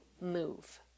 move